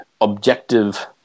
objective